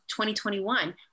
2021